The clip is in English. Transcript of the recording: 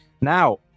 Now